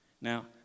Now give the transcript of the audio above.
Now